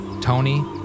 Tony